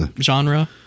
genre